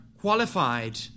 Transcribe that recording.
qualified